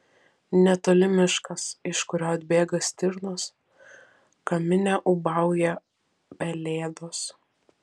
netoli miškas iš kurio atbėga stirnos kamine ūbauja pelėdos